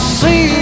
see